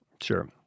Sure